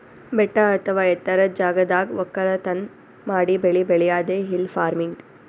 ಬೆಟ್ಟ ಅಥವಾ ಎತ್ತರದ್ ಜಾಗದಾಗ್ ವಕ್ಕಲತನ್ ಮಾಡಿ ಬೆಳಿ ಬೆಳ್ಯಾದೆ ಹಿಲ್ ಫಾರ್ಮಿನ್ಗ್